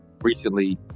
recently